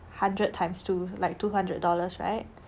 hundred times two like two hundred dollars right